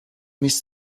miss